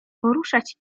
poruszać